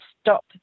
stop